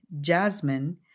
Jasmine